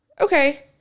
okay